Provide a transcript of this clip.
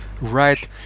Right